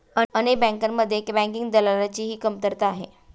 अनेक बँकांमध्ये बँकिंग दलालाची ही कमतरता आहे